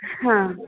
हां